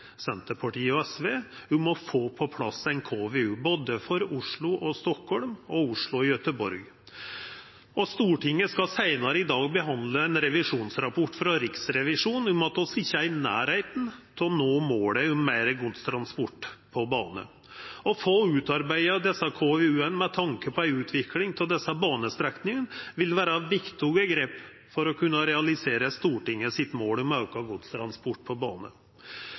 Senterpartiet og SV, om å få på plass ei KVU både for Oslo–Stockholm og for Oslo–Göteborg. Stortinget skal seinare i dag behandla ein revisjonsrapport frå Riksrevisjonen om at vi ikkje er i nærleiken av å nå målet om meir godstransport på bane. Å få utarbeidd KVU-ar med tanke på ei utvikling av desse banestrekningane vil vera viktige grep for å kunna realisera Stortingets mål om auka godstransport på bane.